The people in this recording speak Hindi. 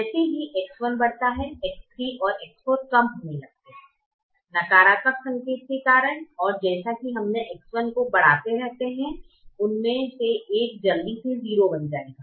जैसे ही X1 बढ़ता है X3 और X4 कम होने लगते हैं नकारात्मक संकेत के कारण और जैसा कि हम X1 को बढ़ाते रहते हैं उनमें से एक जल्दी से 0 बन जाएगा